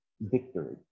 victory